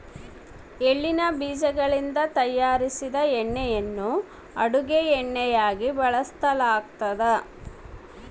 ಎಳ್ಳಿನ ಬೀಜಗಳಿಂದ ತಯಾರಿಸಿದ ಎಣ್ಣೆಯನ್ನು ಅಡುಗೆ ಎಣ್ಣೆಯಾಗಿ ಬಳಸಲಾಗ್ತತೆ